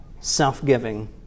self-giving